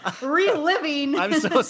reliving